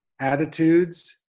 Attitudes